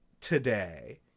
today